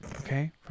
okay